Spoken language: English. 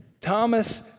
Thomas